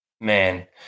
Man